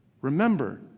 Remember